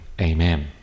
Amen